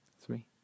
three